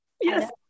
yes